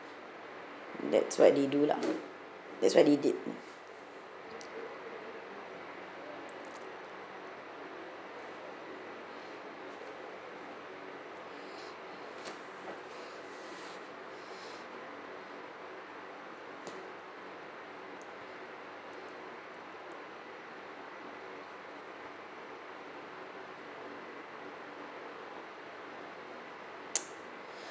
that's what they do lah that's what they did